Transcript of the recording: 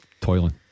Toiling